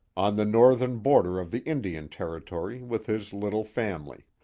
on the northern border of the indian territory, with his little family.